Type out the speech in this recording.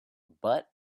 but